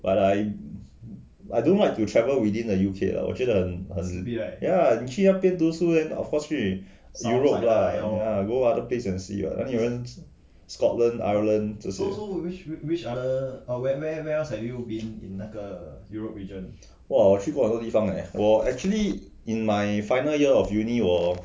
but I I don't know like to travel within the U_K ah 我觉得很很 ya 你去那边读书 eh and of course 去 europe lah ya go other place and see what 哪里有人 scotland ireland 这些 !wow! 我去过好多地方 eh 我 actually in my final year of uni 我